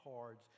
cards